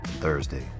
Thursday